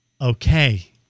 Okay